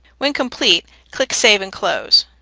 when complete click save and close.